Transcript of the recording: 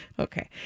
Okay